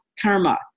Karma